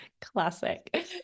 Classic